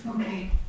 Okay